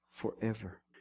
Forever